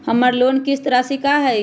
हमर लोन किस्त राशि का हई?